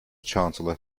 chancellor